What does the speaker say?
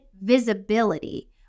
visibility